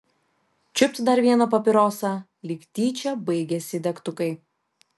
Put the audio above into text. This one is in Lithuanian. čiupt dar vieną papirosą lyg tyčia baigėsi degtukai